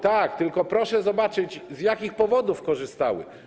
Tak, tylko proszę zobaczyć, z jakich powodów korzystały.